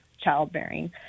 childbearing